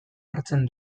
hartzen